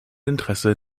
interesse